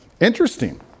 interesting